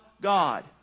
God